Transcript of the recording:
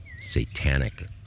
satanic